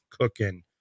cooking